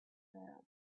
ground